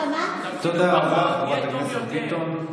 תפחידו פחות, יהיה טוב יותר.